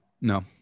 no